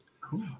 cool